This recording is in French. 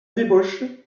débauche